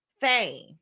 fame